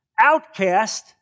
outcast